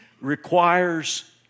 requires